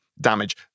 damage